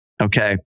okay